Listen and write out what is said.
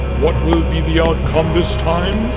what will be the outcome this time?